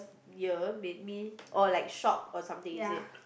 year make me or like shocked or something is it